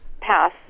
pass